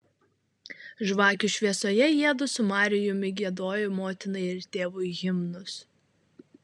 žvakių šviesoje jiedu su marijumi giedojo motinai ir tėvui himnus